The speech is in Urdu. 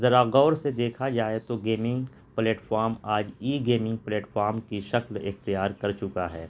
ذرا غور سے دیکھا جائے تو گیمنگ پلیٹفارم آج ای گیمنگ پلیٹفارم کی شکل اختیار کر چکا ہے